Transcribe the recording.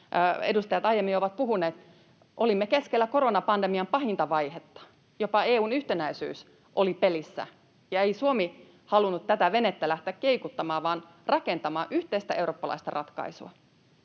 edustajat aiemmin ovat puhuneet. Olimme keskellä koronapandemian pahinta vaihetta, jopa EU:n yhtenäisyys oli pelissä, ja ei Suomi halunnut tätä venettä lähteä keikuttamaan, vaan rakentamaan yhteistä eurooppalaista ratkaisua.